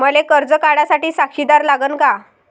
मले कर्ज काढा साठी साक्षीदार लागन का?